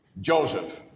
Joseph